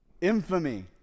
infamy